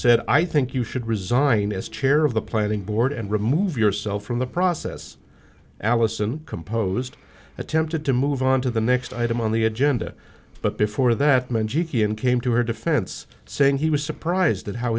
said i think you should resign as chair of the planning board and remove yourself from the process allison composed attempted to move on to the next item on the agenda but before that magick ian came to her defense saying he was surprised at how